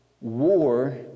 war